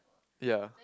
ya